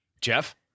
Jeff